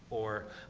or,